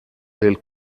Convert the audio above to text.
del